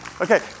Okay